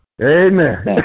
Amen